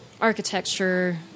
architecture